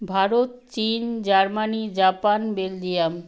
ভারত চীন Germany Japan Belgium